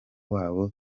wabo